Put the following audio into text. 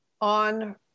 on